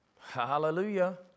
Hallelujah